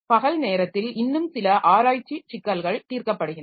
பகல்நேரத்தில் இன்னும் சில ஆராய்ச்சி சிக்கல்கள் தீர்க்கப்படுகின்றன